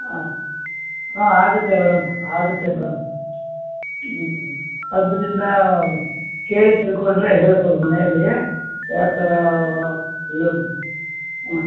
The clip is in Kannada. ಹಾಂ ಹಾಂ ಆಗುತ್ತೆ ಮೇಡಮ್ ಆಗುತ್ತೆ ಮೇಡಮ್ ಹ್ಞೂ ಆದ್ದ್ರಿಂದ ಕೇಳಿ ತಿಳ್ಕೊಂಡರೆ ಹೇಳ್ಬೌದು ಮನೆಯಲ್ಲಿ ಯಾವ ಥರ ಲೊನ್ ಹಾಂ